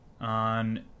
on